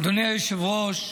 אדוני היושב-ראש,